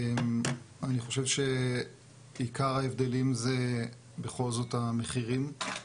אני חושב שעיקר ההבדלים זה בכל זאת המחירים,